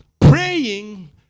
Praying